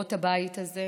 לדורות בבית הזה.